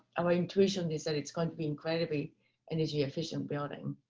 um our intuition is that it's going to be incredibly energy efficient building